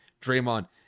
Draymond